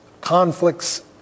conflicts